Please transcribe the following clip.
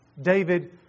David